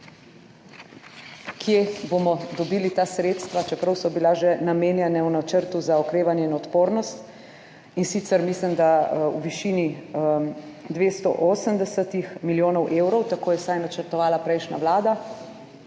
kje bomo dobili ta sredstva, čeprav so bila že namenjena v načrtu za okrevanje in odpornost, in sicer mislim, da v višini 280 milijonov evrov, tako je vsaj načrtovala prejšnja Vlada,